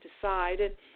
decide